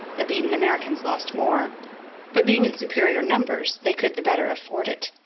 the beaten americans lost more but, being in superior numbers, they could the better afford it.